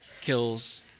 kills